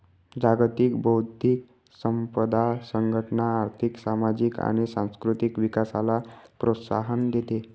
जागतिक बौद्धिक संपदा संघटना आर्थिक, सामाजिक आणि सांस्कृतिक विकासाला प्रोत्साहन देते